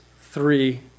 three